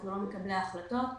אנחנו לא מקבלי ההחלטות,